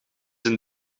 een